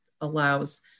allows